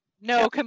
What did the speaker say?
no